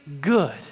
good